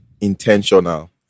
intentional